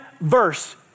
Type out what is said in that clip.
verse